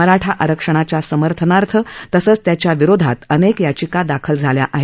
मराठा आरक्षणाच्या समर्थनार्थ तसंच त्याच्याविरोधात अनेक याचिका दाखल झाल्या आहेत